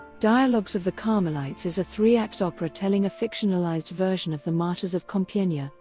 dialogues of the carmelites is a three act opera telling a fictionalized version of the martyrs of compiegne, ah